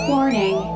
Warning